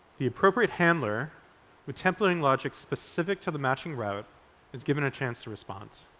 the appropriate handler with templating logic specific to the matching route is given a chance to respond.